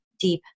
Deep